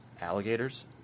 alligators